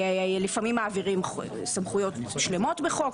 לפעמים מעבירים סמכויות שלמות בחוק,